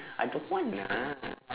I don't want lah